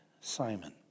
Simon